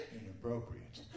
inappropriate